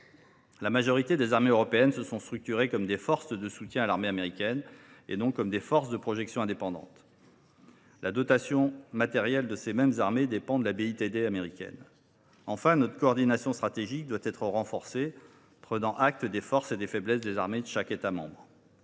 La majorité des armées européennes se sont structurées comme des forces de soutien à l’armée américaine, non comme des forces de projection indépendantes. La dotation matérielle de ces mêmes armées dépend de la BITD américaine. Enfin, notre coordination stratégique doit être renforcée, prenant acte des forces et des faiblesses des armées de chaque État membre.